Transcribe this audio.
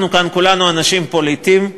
אנחנו כאן כולנו אנשים פוליטיים,